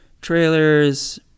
trailers